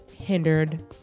hindered